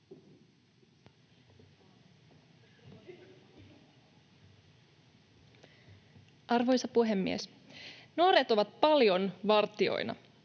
Arvoisa puhemies! Nuoret ovat paljon vartijoina.